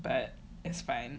but it's fine